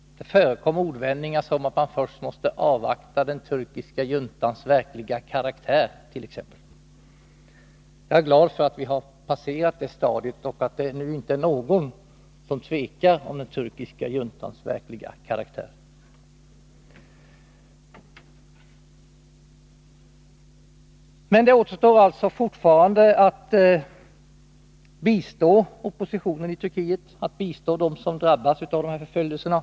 Det förekom ordvändningar som att man först måste avvakta den turkiska juntans verkliga karaktär, t.ex. Jag är glad för att vi har passerat det stadiet och att det nu inte är någon som tvekar om den turkiska juntans verkliga karaktär. Men det återstår alltså fortfarande att bistå oppositionen i Turkiet, att bistå dem som drabbas av förföljelserna.